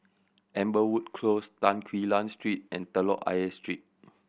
Amberwood Close Tan Quee Lan Street and Telok Ayer Street